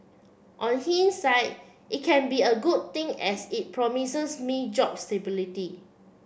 on hindsight it can be a good thing as it promises me job stability